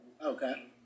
okay